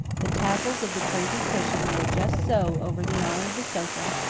the tassels of the crazy cushion lay just so over the arm of the sofa,